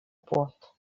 płot